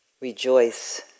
Rejoice